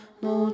no